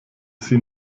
sie